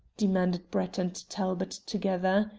demanded brett and talbot together.